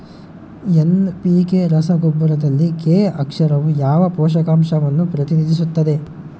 NPK ರಸಗೊಬ್ಬರದಲ್ಲಿ K ಅಕ್ಷರವು ಯಾವ ಪೋಷಕಾಂಶವನ್ನು ಪ್ರತಿನಿಧಿಸುತ್ತದೆ?